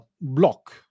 block